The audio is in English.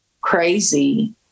crazy